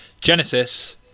Genesis